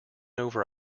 over